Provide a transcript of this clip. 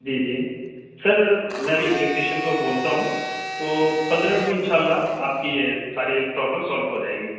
جی جی سر میں ابھی الیکٹریشین کو بولتا ہوں تو پندرہ منٹ میں ان شاء اللہ آپ کی یہ ساری پرابلم سولف ہو جائے گی